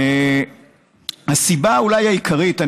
הסיבה העיקרית אולי,